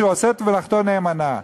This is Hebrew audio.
שעושה את מלאכתו נאמנה.